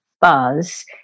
buzz